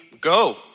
Go